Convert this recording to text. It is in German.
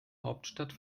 hauptstadt